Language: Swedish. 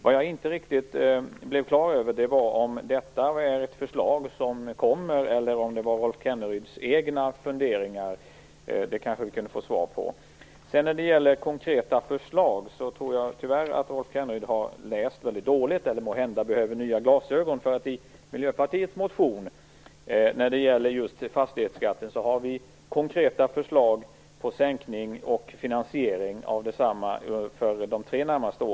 Vad jag inte riktigt blev klar över var om detta är ett förslag som kommer eller om det var Rolf Kenneryds egna funderingar. Det kanske vi kunde få svar på. När det gäller konkreta förslag tror jag tyvärr att Rolf Kenneryd har läst väldigt dåligt, eller måhända behöver nya glasögon. I Miljöpartiets motion om fastighetsskatten har vi konkreta förslag till sänkning och finansiering av densamma för de tre närmaste åren.